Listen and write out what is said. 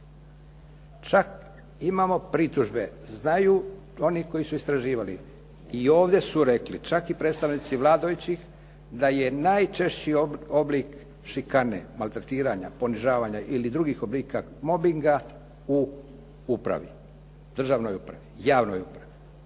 Čak imamo pritužbe, znaju oni koji su istraživali, i ovdje su rekli čak i predstavnici vladajućih da je najčešći oblik šikane, maltretiranja, ponižavanja ili drugih oblika mobinga u upravi, državnoj upravi, javnoj upravi.